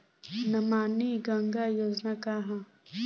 नमामि गंगा योजना का ह?